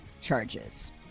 charges